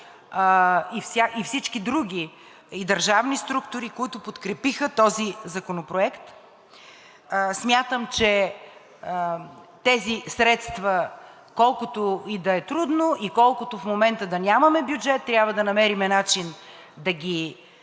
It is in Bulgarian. и всички други – и държавни структури, които подкрепиха този законопроект. Смятам, че тези средства, колкото и да е трудно, колкото в момента да нямаме бюджет, трябва да намерим начин да ги